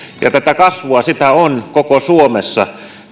tätä kasvua on koko suomessa